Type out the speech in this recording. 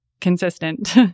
consistent